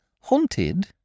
haunted